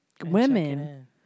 women